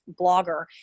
blogger